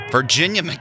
Virginia